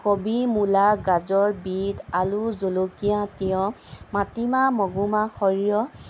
কবি মূলা গাজৰ বিট আলু জলকীয়া তিয়ঁহ মাটিমাহ মগুমাহ সৰিয়হ